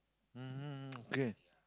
mmhmm okay